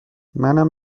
منم